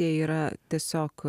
jie yra tiesiog